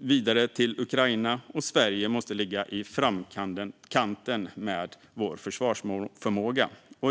skickas till Ukraina och Sverige måste ligga i framkant i försvarsförmåga.